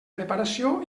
preparació